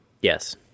Yes